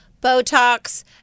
Botox